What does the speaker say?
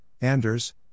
Anders